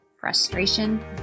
frustration